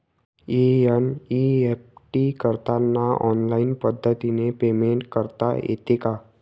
NEFT करताना online पद्धतीने payment करता येते का?